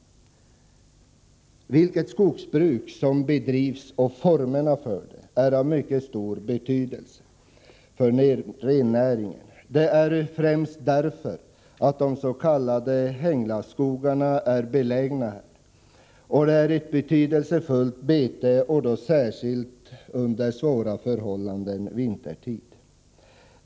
Vilket skogsbruk som bedrivs och formerna för det är av mycket stor betydelse för rennäringen, främst därför att de s.k. hänglavsskogarna är belägna inom dessa områden. Där finns ett betydelsefullt bete, särskilt under svåra förhållanden vintertid.